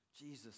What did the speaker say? Jesus